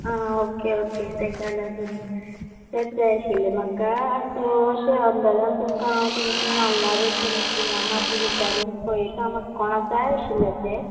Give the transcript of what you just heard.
आं okay okay तेका लागून तेंच जाय आशिल्लें म्हाका सो अंदाजान तुमका तुमचे नाल्ला रेट जी आहा ती विचारून पळयता म्हाका कोणाक जाय आशिल्ले ते